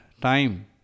time